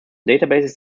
database